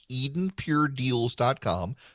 EdenPureDeals.com